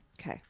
Okay